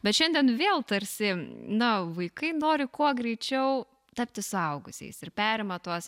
bet šiandien vėl tarsi na vaikai nori kuo greičiau tapti suaugusiais ir perima tuos